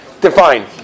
Define